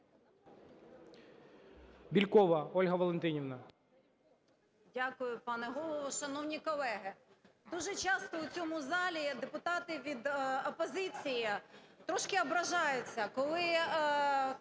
Дякую, пане Голово. Шановні колеги, дуже часто в цьому залі депутати від опозиції трошки ображаються, коли